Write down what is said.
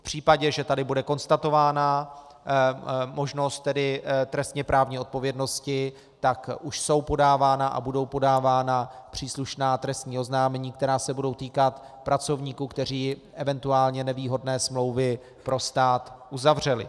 V případě, že tady bude konstatována možnost trestněprávní odpovědnosti, tak už jsou podávána a budou podávána příslušná trestní oznámení, která se budou týkat pracovníků, kteří eventuálně nevýhodné smlouvy pro stát uzavřeli.